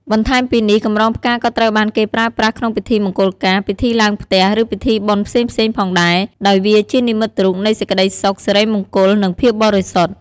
បន្ថែមពីនេះ កម្រងផ្កាក៏ត្រូវបានគេប្រើប្រាស់ក្នុងពិធីមង្គលការ ពិធីឡើងផ្ទះ ឬពិធីបុណ្យផ្សេងៗផងដែរ ដោយវាជានិមិត្តរូបនៃសេចក្ដីសុខ សិរីមង្គល និងភាពបរិសុទ្ធ។